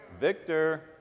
Victor